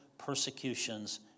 persecutions